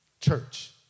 Church